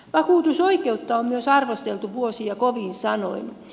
vakuutusoikeutta on myös arvosteltu vuosia kovin sanoin